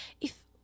if